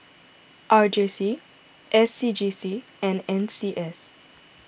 R J C S C G C and N C S